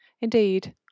Indeed